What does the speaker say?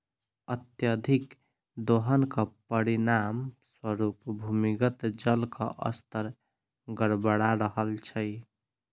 अत्यधिक दोहनक परिणाम स्वरूप भूमिगत जलक स्तर गड़बड़ा रहल छै